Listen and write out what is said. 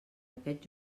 aquest